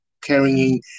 carrying